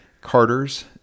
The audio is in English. Carters